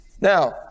Now